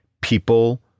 people